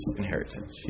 inheritance